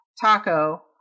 taco